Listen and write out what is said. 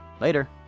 Later